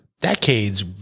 Decades